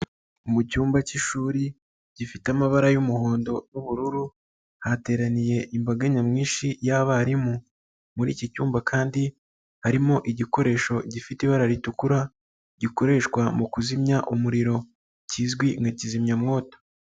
Mu cyumba cy'ishuri gifite amabara y'umuhondo n'ubururu hateraniye imbaga nyamwinshi y'abarimu, muri iki cyumba kandi harimo igikoresho gifite ibara ritukura gikoreshwa mu kuzimya umuriro kizwi nka kizimyamwoto.